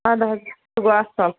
اَدٕ حظ سُہ گوٚو اَصٕل